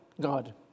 God